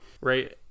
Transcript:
right